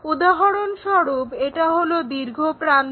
উদাহরণস্বরূপ এটা হলো দীর্ঘ প্রান্ত